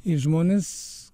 į žmones